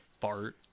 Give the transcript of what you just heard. Fart